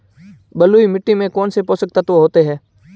बलुई मिट्टी में कौनसे पोषक तत्व होते हैं?